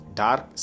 dark